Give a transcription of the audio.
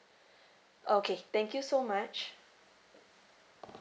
okay thank you so much